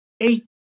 eight